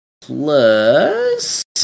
plus